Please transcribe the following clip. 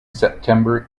september